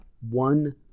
One